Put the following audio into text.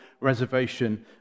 reservation